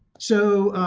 so